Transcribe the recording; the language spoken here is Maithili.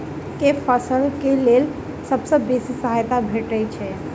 केँ फसल केँ लेल सबसँ बेसी सहायता भेटय छै?